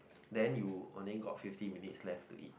then you only got fifteen minutes left to eat